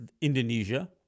Indonesia